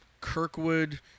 Kirkwood